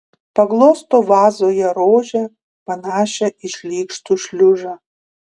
paglosto vazoje rožę panašią į šlykštų šliužą